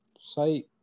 site